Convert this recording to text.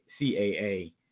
CAA